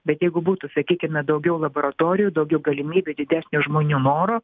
bet jeigu būtų sakykime daugiau laboratorijų daugiau galimybių didesnio žmonių noro